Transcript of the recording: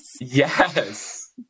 Yes